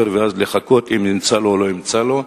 ואז לחכות אם יימצא לו או לא יימצא לו.